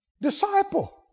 Disciple